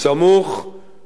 הוא יכול להיות יישוב חקלאי,